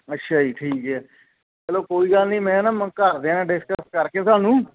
ਅੱਛਾ ਜੀ ਠੀਕ ਹੈ ਚੱਲੋ ਕੋਈ ਗੱਲ ਨਹੀਂ ਮੈਂ ਨਾ ਮ ਘਰਦਿਆਂ ਨਾਲ ਡਿਸਕਸ ਕਰਕੇ ਤੁਹਾਨੂੰ